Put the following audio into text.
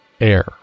Air